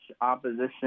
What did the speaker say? opposition